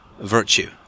virtue